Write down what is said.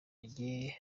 njye